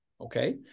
Okay